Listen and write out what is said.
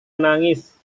menangis